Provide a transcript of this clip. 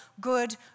good